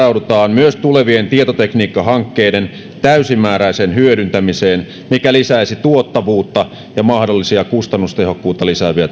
myös tulevien tietotekniikkahankkeiden täysimääräiseen hyödyntämiseen mikä lisäisi tuottavuutta ja mahdollisia kustannustehokkuutta lisääviä toimenpiteitä